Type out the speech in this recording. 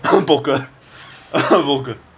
poker poker